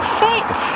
fit